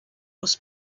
aus